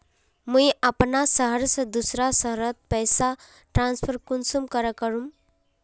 मुई अपना शहर से दूसरा शहर पैसा ट्रांसफर कुंसम करे करूम?